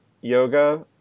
yoga